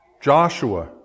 Joshua